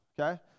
okay